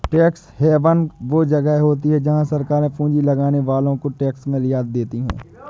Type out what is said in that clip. tax haven वो जगह होती हैं जहाँ सरकारे पूँजी लगाने वालो को टैक्स में रियायत देती हैं